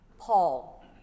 Paul